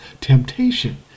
temptation